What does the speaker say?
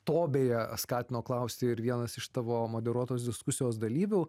to beje skatino klausti ir vienas iš tavo moderuotos diskusijos dalyvių